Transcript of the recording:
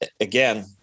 again